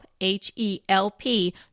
H-E-L-P